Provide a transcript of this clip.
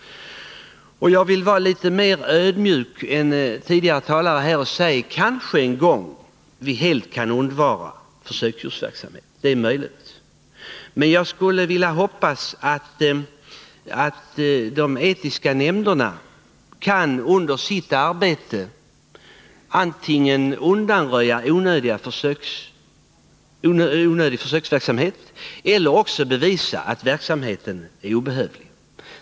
Jag vill vara litet mer ödmjuk än tidigare talare och säga att vi kanske en gång helt kan avvara försöksdjursverksamheten, det är möjligt. Jag hoppas att de etiska nämnderna i sitt arbete antingen kan undanröja onödig försöksdjursverksamhet eller bevisa att verksamheten är obehövlig.